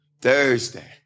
Thursday